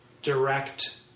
Direct